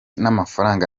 n’amafaranga